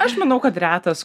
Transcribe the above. aš manau kad retas